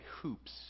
hoops